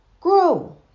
grow